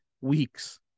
weeks